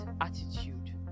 attitude